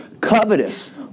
Covetous